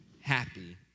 happy